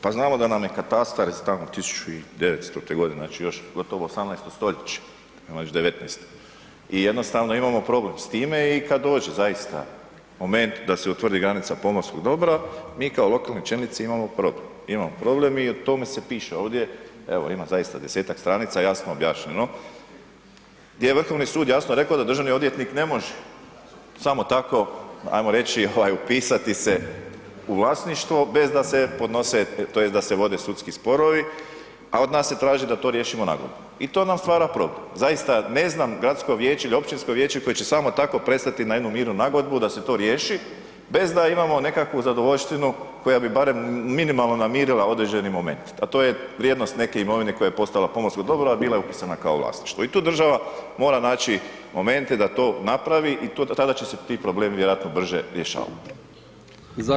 Pa glavno da nam je katastar iz tamo 1900.-te godine, znači još gotovo 18. stoljeće, ovo je već 19. i jednostavno imamo problem s time i kad dođe zaista moment da se utvrdi granica pomorskog dobra mi kao lokalni čelnici imamo problem, imamo problem i o tome se piše ovdje, evo ima zaista 10-tak stranica jasno objašnjeno gdje je Vrhovni sud jasno rekao da državni odvjetnik ne može samo tako, ajmo reći, ovaj upisati se u vlasništvo bez da se podnose tj. da se vode sudski sporovi, a od nas se traži da to riješimo … [[Govornik se ne razumije]] i to nam stvara problem, zaista ne znam gradsko vijeće ili općinsko vijeće koje će samo tako pristati na tako jednu mirnu nagodbu da se to riješi bez da imamo nekakvu zadovoljštinu koja bi barem minimalno namirila određeni moment, a to je vrijednost neke imovine koja je postala pomorsko dobro, a bila je upisana kao vlasništvo i tu država mora naći momente da to napravi i tada će se ti problemi vjerojatno brže rješavati.